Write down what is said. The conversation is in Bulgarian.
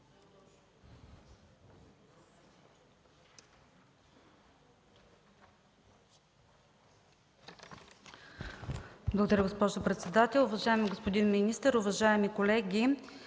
Благодаря Ви, госпожо председател. Уважаеми господин министър, уважаеми колеги,